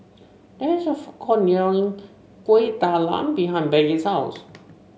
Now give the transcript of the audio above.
there is a food court Kuih Talam behind Peggie's house